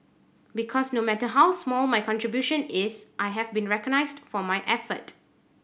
because no matter how small my contribution is I have been recognised for my efforts